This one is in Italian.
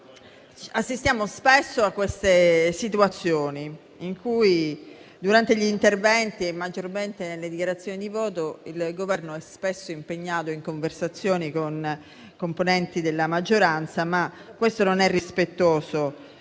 assistiamo spesso a queste situazioni, in cui, durante gli interventi e maggiormente durante le dichiarazioni di voto, il Governo è impegnato in conversazioni con componenti della maggioranza. Ma questo non è rispettoso